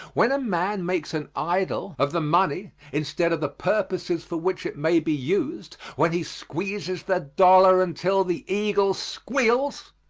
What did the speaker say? when a man makes an idol of the money instead of the purposes for which it may be used, when he squeezes the dollar until the eagle squeals,